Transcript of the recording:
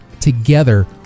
together